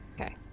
Okay